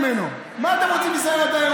מנסור עבאס,